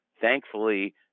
thankfully